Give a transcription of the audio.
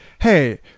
hey